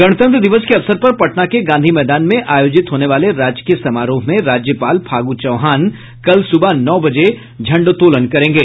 गणतंत्र दिवस के अवसर पर पटना के गांधी मैदान में आयोजित होने वाले राजकीय समारोह में राज्यपाल फागू चौहान कल सुबह नौ बजे झण्डोत्तोलन करेंगे